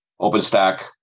OpenStack